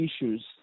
issues